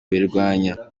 kubirwanya